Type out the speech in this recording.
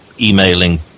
emailing